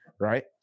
right